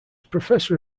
professor